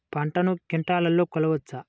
పంటను క్వింటాల్లలో కొలవచ్చా?